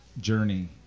journey